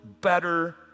better